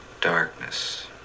darkness